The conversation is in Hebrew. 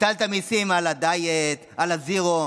הטלת מיסים על הדיאט, על הזירו.